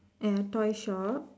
at the toy shop